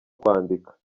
kwandika